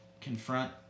confront